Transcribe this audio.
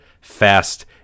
fast